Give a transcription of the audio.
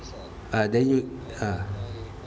ah then you ah